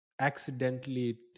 accidentally